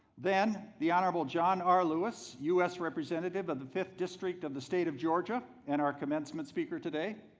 then the honorable john r lewis u s. representative of the fifth district of the state of georgia and our commencement speaker today